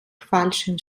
falschen